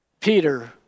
Peter